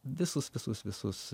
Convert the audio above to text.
visus visus visus